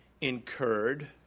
incurred